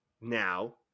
now